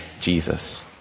Jesus